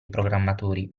programmatori